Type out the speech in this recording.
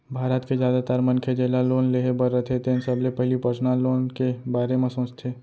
भारत के जादातर मनखे जेला लोन लेहे बर रथे तेन सबले पहिली पर्सनल लोन के बारे म सोचथे